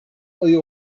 ayı